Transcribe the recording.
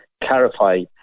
clarify